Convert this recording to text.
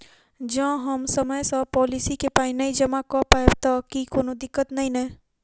जँ हम समय सअ पोलिसी केँ पाई नै जमा कऽ पायब तऽ की कोनो दिक्कत नै नै?